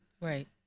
Right